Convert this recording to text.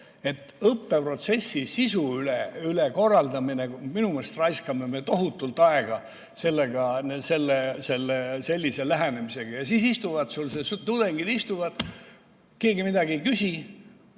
Õppeprotsessi sisu ülekorraldamine – minu meelest raiskame me tohutult aega sellise lähenemisega. Siis istuvad sul seal tudengid, keegi midagi ei küsi.